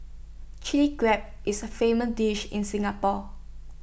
Chilli Crab is A famous dish in Singapore